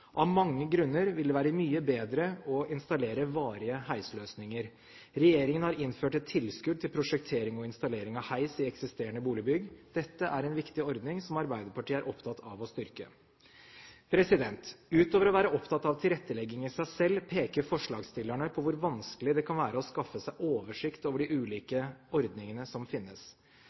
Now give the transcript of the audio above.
Av mange grunner vil det være mye bedre å installere varige heisløsninger. Regjeringen har innført et tilskudd til prosjektering og installering av heis i eksisterende boligbygg. Dette er en viktig ordning som Arbeiderpartiet er opptatt av å styrke. Utover å være opptatt av tilrettelegging i seg selv, peker forslagsstillerne på hvor vanskelig det kan være å skaffe seg oversikt over de ulike ordningene som finnes.